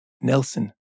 Nelson